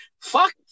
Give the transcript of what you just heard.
Fuck